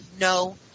no